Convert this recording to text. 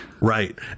Right